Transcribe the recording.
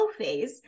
phase